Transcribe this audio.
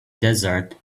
desert